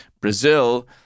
Brazil